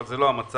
אבל זה לא המצב.